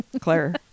Claire